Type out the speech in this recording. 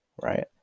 Right